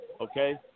Okay